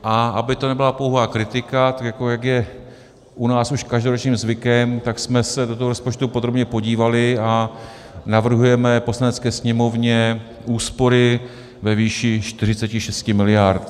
A aby to nebyla pouhá kritika, jak je u nás už každoročním zvykem, tak jsme se do toho rozpočtu podrobně podívali a navrhujeme Poslanecké sněmovně úspory ve výši 46 mld.